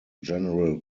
general